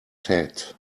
cat